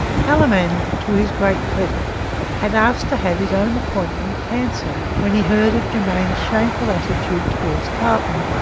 haldimand, to his great credit had asked to have his own appointment cancelled when he heard of germain's shameful attitude towards carleton,